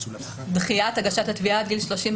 דחיית הגשת התביעה עד גיל 35